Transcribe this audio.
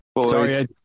Sorry